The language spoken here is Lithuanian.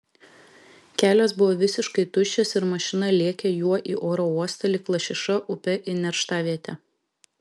kelias buvo visiškai tuščias ir mašina lėkė juo į oro uostą lyg lašiša upe į nerštavietę